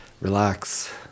relax